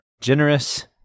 generous